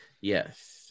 Yes